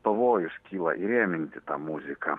pavojus kyla įrėminti tą muziką